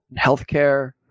healthcare